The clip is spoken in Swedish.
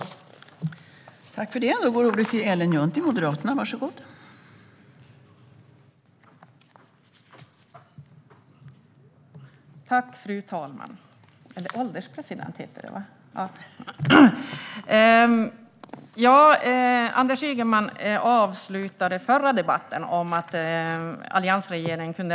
Då Lars Hjälmered, som framställt interpellationen, anmält att han var förhindrad att närvara vid sammanträdet medgav tjänstgörande ålderspresidenten att Ellen Juntti i stället fick delta i överläggningen.